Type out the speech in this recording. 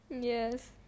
Yes